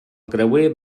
creuer